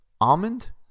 almond